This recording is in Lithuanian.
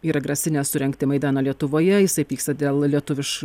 yra grasinęs surengti maidaną lietuvoje jisai pyksta dėl lietuviš